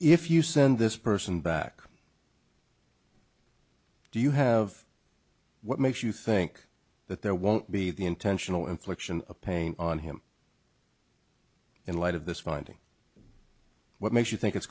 if you send this person back do you have what makes you think that there won't be the intentional infliction of pain on him in light of this finding what makes you think i